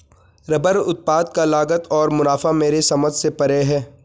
rubber उत्पाद का लागत और मुनाफा मेरे समझ से परे है